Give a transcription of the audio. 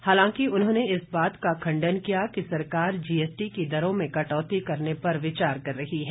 हालांकि उन्होंने इस बात का खंडन किया कि सरकार जीएसटी की दरों में कटौती करने पर विचार कर रही है